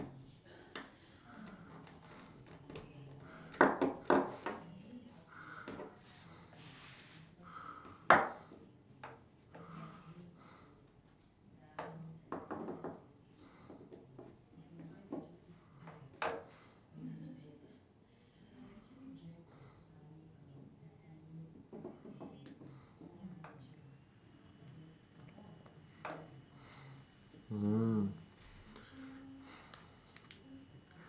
mm